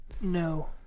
No